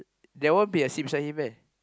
there won't be a sit beside him meh